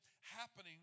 happening